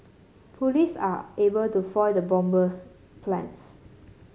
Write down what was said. police are able to foil the bomber's plans